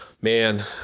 man